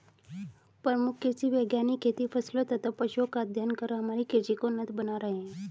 प्रमुख कृषि वैज्ञानिक खेती फसलों तथा पशुओं का अध्ययन कर हमारी कृषि को उन्नत बना रहे हैं